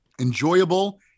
enjoyable